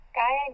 guy